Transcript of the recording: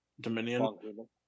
Dominion